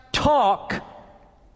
talk